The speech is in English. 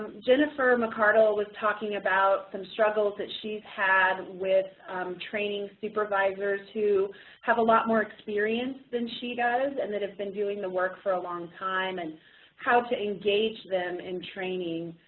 jennifer mccardle was talking about some struggles that she's had with training supervisors who have a lot more experience than she does and that have been doing the work for a long time and how to engage them in training.